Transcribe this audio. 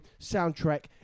Soundtrack